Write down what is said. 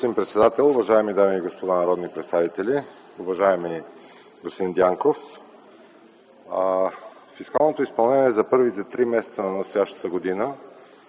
Благодаря, господин председател. Уважаеми дами и господа народни представители, уважаеми господин Дянков! Фискалното изпълнение за първите три месеца на настоящата година